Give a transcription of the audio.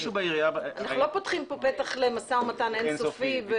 אנחנו לא פותחים פתח למשא ומתן אין סופי.